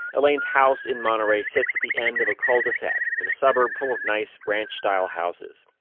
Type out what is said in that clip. elaine's house in monterey sits at the end of a cul de sac in a suburb full of nice ranch-style houses.